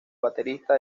baterista